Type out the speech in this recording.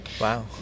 Wow